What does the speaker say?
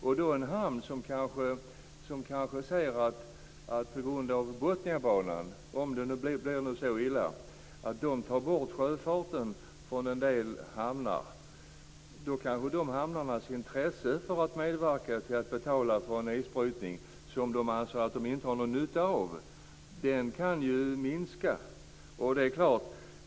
Om det blir så illa att Botniabanan innebär att sjöfarten försvinner från en del hamnar, kanske dessa hamnars intresse minskar för att medverka till att betala för en isbrytning som de anser att de inte har någon nytta av.